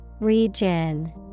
Region